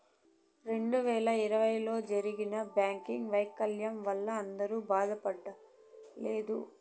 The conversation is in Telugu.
రెండు వేల ఇరవైలో జరిగిన బ్యాంకింగ్ వైఫల్యాల వల్ల అందరూ బాధపడలేదు